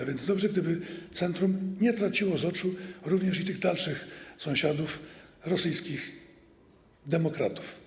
A więc dobrze by było, gdyby centrum nie traciło z oczu również i tych dalszych sąsiadów -rosyjskich demokratów.